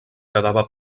quedava